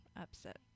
upset